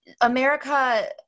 America